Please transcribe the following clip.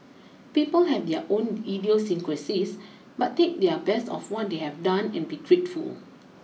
people have their own idiosyncrasies but take their best of what they have done and be grateful